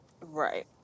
right